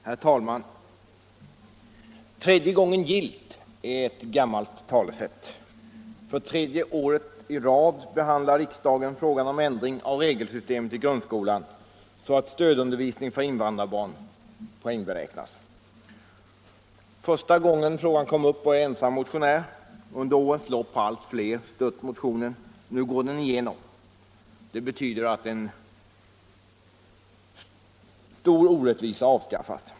Herr talman! Tredje gången gillt är ett gammalt talesätt. För tredje året i rad behandlar riksdagen frågan om ändring av regelsystemet i grundskolan så att stödundervisning för invandrarbarn poängberäknas. Första gången frågan kom upp var jag ensam motionär. Under årens lopp har allt fler stött motionen. Nu går den igenom. Det betyder att en stor orättvisa avskaffas.